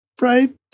right